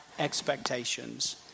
Expectations